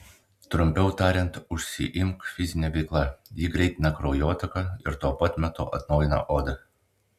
trumpiau tariant užsiimk fizine veikla ji greitina kraujotaką ir tuo pat metu atnaujina odą